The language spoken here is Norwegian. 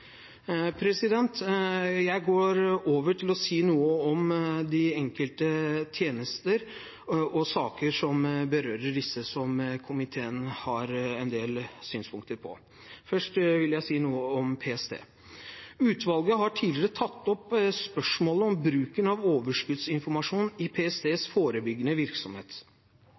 Jeg går nå over til å si noe om de enkelte tjenester og saker som berører disse, som komiteen har en del synspunkter på. Først vil jeg si noe om PST. Utvalget har tidligere tatt opp spørsmålet om bruken av overskuddsinformasjon i PSTs forebyggende virksomhet.